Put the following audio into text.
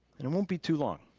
and it won't be too long.